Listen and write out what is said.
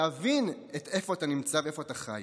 להבין איפה אתה נמצא ואיפה אתה חי.